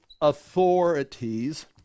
authorities